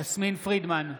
יסמין פרידמן,